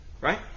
right